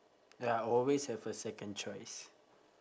ya always have a second choice